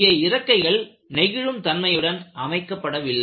இங்கே இறக்கைகள் நெகிழும் தன்மையுடன் அமைக்கப்படவில்லை